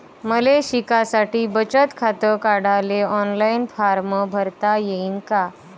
मले शिकासाठी बचत खात काढाले ऑनलाईन फारम भरता येईन का?